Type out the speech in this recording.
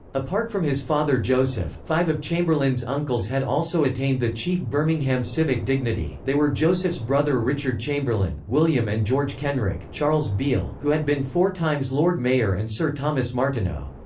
apart from his father joseph, five of chamberlain's uncles had also attained the chief birmingham civic dignity they were joseph's brother richard chamberlain, william and george kenrick, charles beale, who had been four times lord mayor and sir thomas martineau.